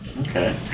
Okay